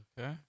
Okay